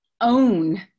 own